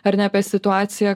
ar ne apie situaciją